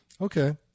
Okay